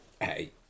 hey